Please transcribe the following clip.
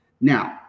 now